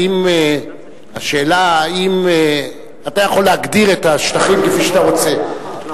אתה יכול להגדיר את השטחים כפי שאתה רוצה,